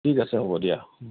ঠিক আছে হ'ব দিয়া